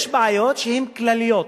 יש בעיות שהן כלליות,